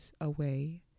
away